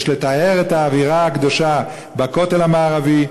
יש לטהר את האווירה הקדושה בכותל המערבי,